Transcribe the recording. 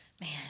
Man